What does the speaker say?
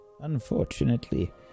Unfortunately